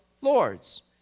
lords